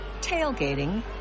tailgating